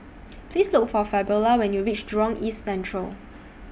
Please Look For Fabiola when YOU REACH Jurong East Central